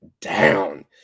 down